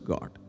God